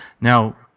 now